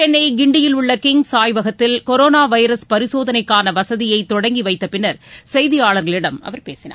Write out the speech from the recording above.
சென்னை கிண்டியில் உள்ள கிங்ஸ் ஆய்வகத்தில் கொரோளா வைரஸ் பரிசோதனைக்கான வசதியை தொடங்கிவைத்த பின்னர் செய்தியாளர்களிடம் அவர் பேசினார்